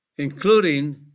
including